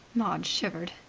maud shivered.